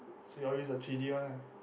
so you all use the three-d one ah